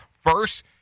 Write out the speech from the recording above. First